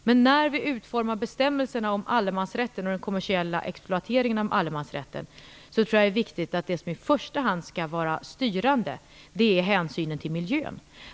Men när vi utformar bestämmelserna om allemansrätten och den kommersiella exploateringen av allemansrätten är det viktigt att det som i första hand skall vara styrande är hänsynen till miljön.